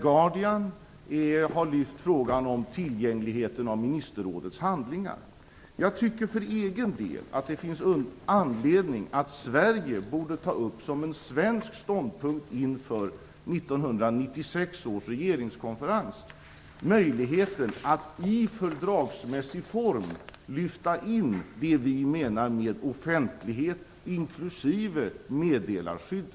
Guardian har lyft fram frågan om tillgängligheten av ministerrådets handlingar. Jag tycker för egen del att det finns anledning för Sverige att som en svensk ståndpunkt inför 1996 års regeringskonferens ta upp möjligheten att i fördragsmässig form lyfta in det vi menar med offentlighet inklusive meddelarskydd.